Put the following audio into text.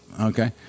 okay